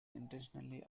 intentionally